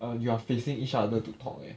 err you are facing each other to talk leh